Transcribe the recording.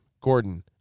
Gordon